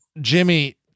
Jimmy